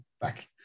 back